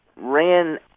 ran